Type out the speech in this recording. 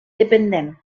dependent